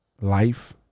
life